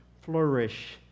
flourish